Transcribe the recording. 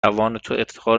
افتخار